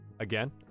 Again